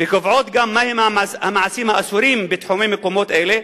וקובעות גם מהם המעשים האסורים בתחומי מקומות אלה,